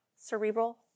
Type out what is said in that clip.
cerebral